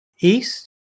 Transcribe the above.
east